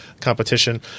competition